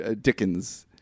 Dickens